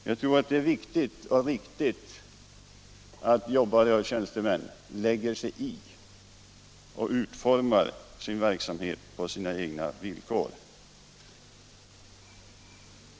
Jag tror det är viktigt och riktigt att jobbare och tjänstemän lägger sig i och utformar sin verksamhet på sina egna villkor.